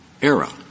era